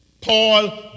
paul